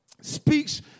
speaks